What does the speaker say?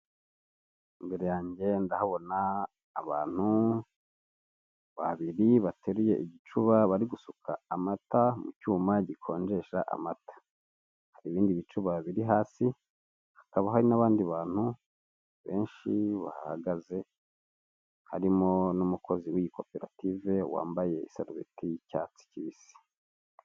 Imbere yanjye ndahabona abantu babiri bateruye igicuba bari gusuka amata mu cyuma gikonjesha amata. Hari ibindi bicuba biri hasi hakaba hari n'abandi bantu benshi bahahagaze harimo n'umukozi w'iyi koperative wambaye isarbeti y'icyatsi kibisi.